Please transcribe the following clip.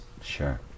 Sure